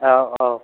औ औ